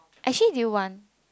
actually do you want